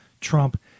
Trump